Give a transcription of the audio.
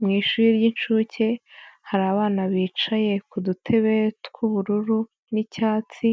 Mu ishuri ry'incuke hari abana bicaye ku dutebe tw'ubururu n'icyatsi,